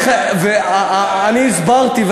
אני הסברתי,